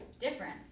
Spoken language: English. different